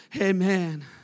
Amen